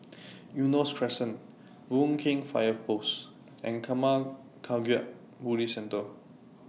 Eunos Crescent Boon Keng Fire Post and Karma Kagyud Buddhist Centre